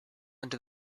into